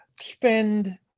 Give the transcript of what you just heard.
spend